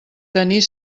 tenir